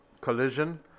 collision